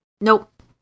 Nope